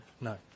No